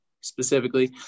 specifically